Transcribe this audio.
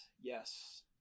Yes